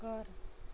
ઘર